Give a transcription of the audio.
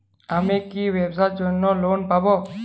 আমি কি ব্যবসার জন্য লোন পাব?